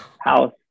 house